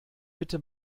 bitte